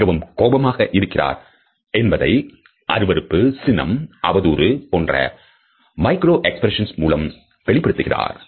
அவர் மிகவும் கோபமாக இருக்கிறார் என்பதை அருவருப்பு சினம் அவதூறு போன்ற மைக்ரோ எக்ஸ்பிரஷன் மூலம் வெளிப்படுத்துகிறார்